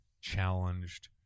challenged